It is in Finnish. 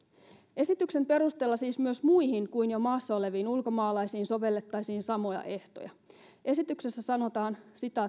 esityksen perusteella siis myös muihin kuin jo maassa oleviin ulkomaalaisiin sovellettaisiin samoja ehtoja esityksessä sanotaan